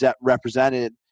represented